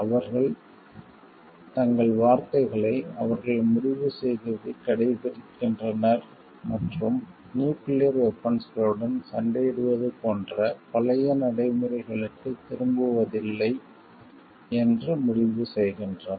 அவர்கள் தங்கள் வார்த்தைகளை அவர்கள் முடிவு செய்ததைக் கடைப்பிடிக்கின்றனர் மற்றும் நியூக்கிளியர் வெபன்ஸ்களுடன் சண்டையிடுவது போன்ற பழைய நடைமுறைகளுக்குத் திரும்புவதில்லை என்று முடிவு செய்கின்றனர்